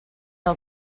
del